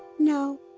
no,